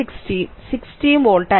16 volt